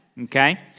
okay